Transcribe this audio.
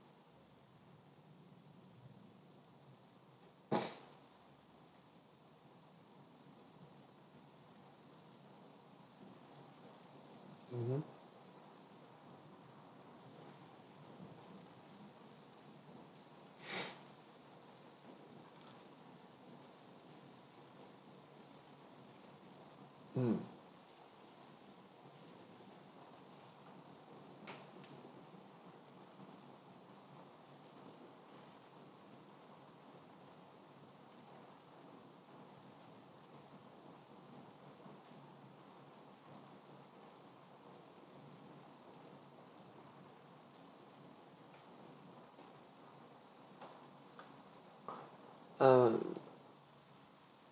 mmhmm mm uh